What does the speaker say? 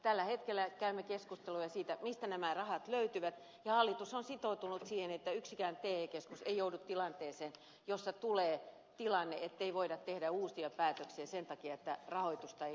tällä hetkellä käymme keskusteluja siitä mistä nämä rahat löytyvät ja hallitus on sitoutunut siihen että yksikään te keskus ei joudu siihen että tulee tilanne ettei voida tehdä uusia päätöksiä sen takia että rahoitusta ei